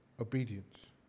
obedience